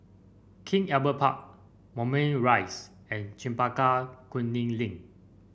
King Albert Park Moulmein Rise and Chempaka Kuning Link